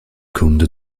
kunde